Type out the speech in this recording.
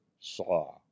saw